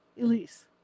Elise